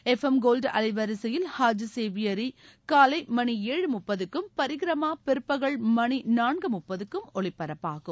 F M gold அலைவரிசையில் ஆஜ் சேவியரி காலை மணி ஏழு முப்பதுக்கும் பரிக்ரமா மாலை மணி நான்கு முப்பதுக்கும் ஒலிபரப்பாகும்